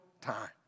time